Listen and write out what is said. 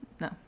No